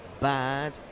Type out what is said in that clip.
bad